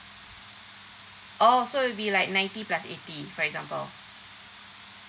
oh so will be like ninety plus eighty for example